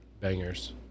bangers